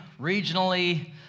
regionally